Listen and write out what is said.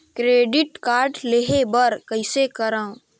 Credit card लेहे बर कइसे करव?